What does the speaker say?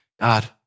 God